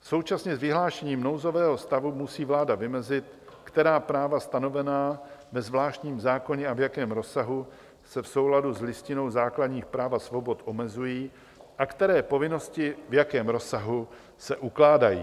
Současně s vyhlášením nouzového stavu musí vláda vymezit, která práva stanovená ve zvláštním zákoně a v jakém rozsahu se v souladu s Listinou základních a práv a svobod omezují a které povinnosti a v jakém rozsahu se ukládají.